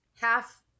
half